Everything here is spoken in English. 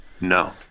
No